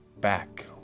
back